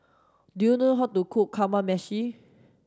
do you know how to cook Kamameshi